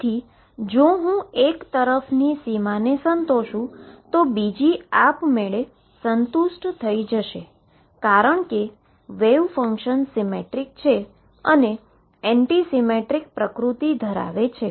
તેથી જો હું એક તરફની સીમાને સંતોષું છું તો બીજી બાજુ આપમેળે સંતુષ્ટ થઈ જશે કારણ કે વેવ ફંક્શન સીમેટ્રીક અને એન્ટી સીમેટ્રીક પ્રકૃતિ ધરાવે છે